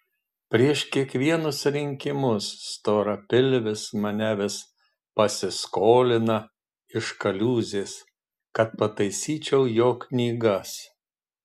prieš kiekvienus rinkimus storapilvis mane vis pasiskolina iš kaliūzės kad pataisyčiau jo knygas